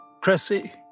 Cressy